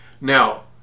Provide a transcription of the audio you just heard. Now